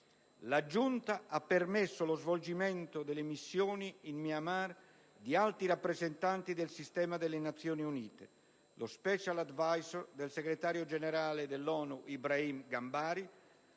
La giunta ha permesso lo svolgimento delle missioni in Myanmar di alti rappresentanti del sistema delle Nazioni Unite: lo *Special Advisor* del Segretario generale ONU Ibrahim Gambari